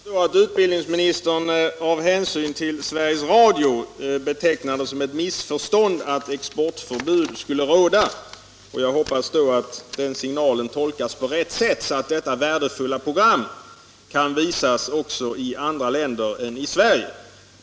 Herr talman! Jag förstår att utbildningsministern av hänsyn till Sveriges Radio betecknar det som ett missförstånd att exportförbud skulle råda. Jag hoppas att den signalen tolkas på rätt sätt, så att detta värdefulla program kan visas också i andra länder än Sverige.